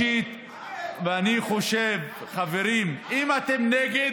את, חברים, אם אתם נגד,